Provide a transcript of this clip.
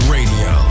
Radio